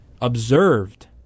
observed